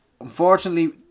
unfortunately